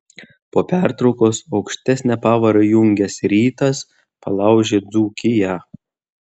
po pertraukos aukštesnę pavarą įjungęs rytas palaužė dzūkiją